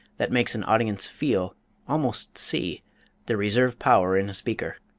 that makes an audience feel almost see the reserve power in a speaker.